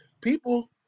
people